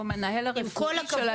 הוא המנהל הרפואי של האירוע.